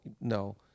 no